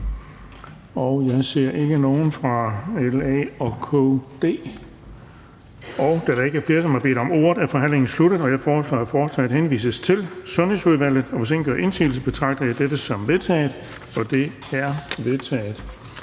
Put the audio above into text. Og jeg ser ikke nogen fra LA og KD. Da der ikke er flere, som har bedt om ordet, er forhandlingen sluttet. Jeg foreslår, at forslaget henvises til Sundhedsudvalget. Hvis ingen gør indsigelse, betragter jeg dette som vedtaget. Det er vedtaget.